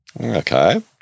Okay